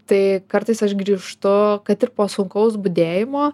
tai kartais aš grįžtu kad ir po sunkaus budėjimo